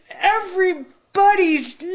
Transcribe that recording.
everybody's